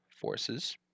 forces